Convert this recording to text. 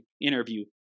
interview